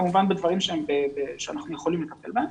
כמובן בדברים שאנחנו יכולים לטפל בהם.